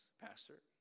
Pastor